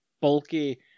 bulky